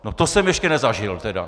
No to jsem ještě nezažil teda!